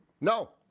no